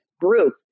group